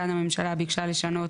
כאן הממשלה ביקשה לשנות